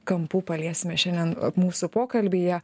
kampų paliesime šiandien mūsų pokalbyje